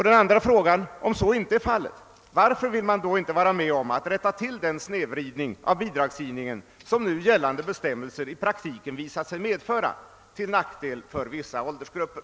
Min andra fråga lyder: Om så inte är fallet, varför vill man då inte vara med om att rätta till den snedvridning av bidragsgivningen som nu gällande bestämmelser i praktiken visat sig medföra till nackdel för vissa åldersgrupper?